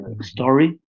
story